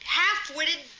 half-witted